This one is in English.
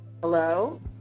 Hello